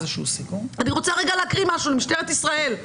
אני רוצה להקריא משהו למשטרת ישראל.